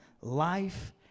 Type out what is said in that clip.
life